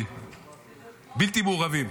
בלתי מעורבים.